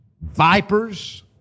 vipers